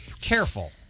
careful